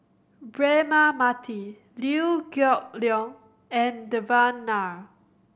Braema Mathi Liew Geok Leong and Devan Nair